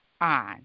on